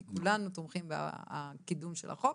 כי כולנו תומכים בקידום של החוק